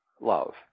love